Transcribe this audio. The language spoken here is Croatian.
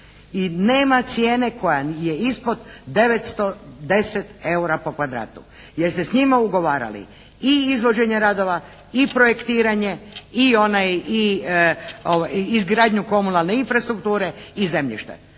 nema cijene koja nije ispod 910 eura po kvadratu. Jer ste s njima ugovarali i izvođenje radova i projektiranje i izgradnju komunalne infrastrukture i zemljište.